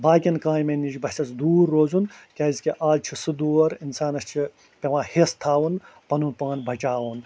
باقِیَن کامین نِش بَسیٚس دوٗر روزُن کیٛازِکہِ آز چھِ سُہ دور اِنسانَس چھِ پیوان ہٮ۪س تھاوُن پَنُن پان بچاوُن